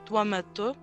tuo metu